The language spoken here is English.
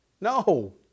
No